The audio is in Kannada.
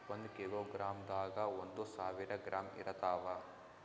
ಒಂದ್ ಕಿಲೋಗ್ರಾಂದಾಗ ಒಂದು ಸಾವಿರ ಗ್ರಾಂ ಇರತಾವ